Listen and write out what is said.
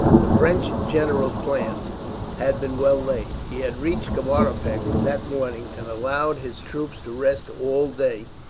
the french general's plans had been well laid. he had reached kavaripak that morning, and allowed his troops to rest all day,